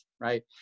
right